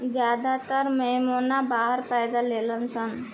ज्यादातर मेमना बाहर पैदा लेलसन